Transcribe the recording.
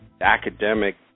academic